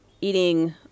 eating